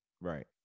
Right